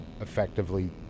effectively